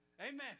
Amen